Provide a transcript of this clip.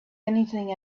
anything